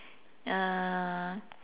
uh